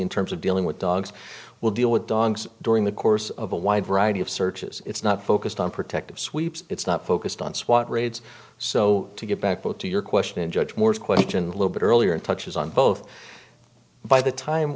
in terms of dealing with dogs will deal with dogs during the course of a wide variety of searches it's not focused on protective sweeps it's not focused on swat raids so to get back to your question and judge moore's question little bit earlier touches on both by the time